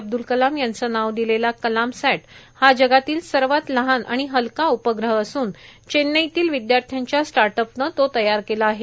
अब्दुल कलाम यांचं नाव दिलेला कलामसॅट हा जगातला सर्वात लहान आणि हलका उपग्रह असून चेन्नईतल्या विद्याश्यांच्या स्टार्ट अपनं तो तयार केला आहे